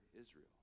Israel